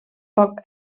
poc